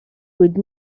would